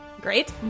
great